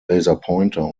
laserpointer